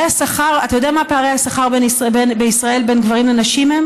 אתה יודע מה פערי השכר בישראל בין גברים לנשים?